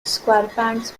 squarepants